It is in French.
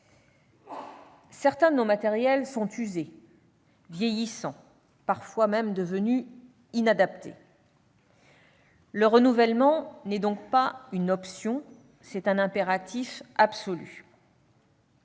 Certains de nos matériels sont usés, vieillissants, parfois même inadaptés. Leur renouvellement n'est donc pas une option, c'est un impératif absolu.